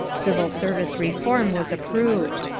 civil service reform was approved.